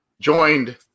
Joined